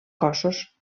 cossos